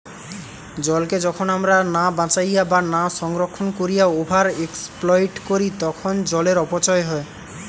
জলকে যখন আমরা না বাঁচাইয়া বা না সংরক্ষণ কোরিয়া ওভার এক্সপ্লইট করি তখন জলের অপচয় হয়